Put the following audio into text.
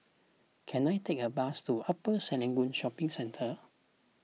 can I take a bus to Upper Serangoon Shopping Centre